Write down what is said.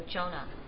Jonah